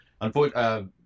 unfortunately